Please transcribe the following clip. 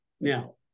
Now